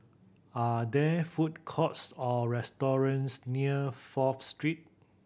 are there food courts or restaurants near Fourth Street